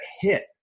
hit